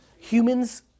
Humans